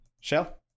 Shell